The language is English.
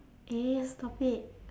eh stop it